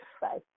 Bye